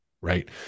right